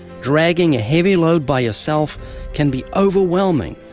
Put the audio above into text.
dragging a heavy load by yourself can be overwhelming,